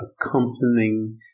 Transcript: accompanying